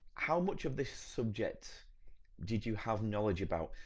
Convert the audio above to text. how much of this subject did you have knowledge about?